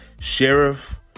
Sheriff